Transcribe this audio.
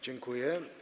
Dziękuję.